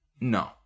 No